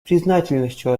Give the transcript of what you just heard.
признательностью